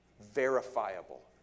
Verifiable